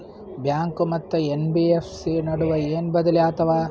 Bank ಮತ್ತ NBFC ನಡುವ ಏನ ಬದಲಿ ಆತವ?